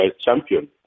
champion